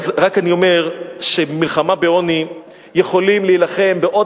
אני רק אומר שבמלחמה בעוני יכולים להילחם בעוד